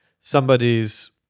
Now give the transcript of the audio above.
somebody's